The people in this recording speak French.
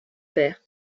père